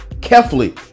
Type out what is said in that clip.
carefully